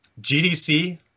GDC